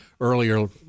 earlier